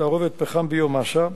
בתערובת פחם-ביו-מאסה,